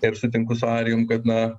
ir sutinku su arijum kad na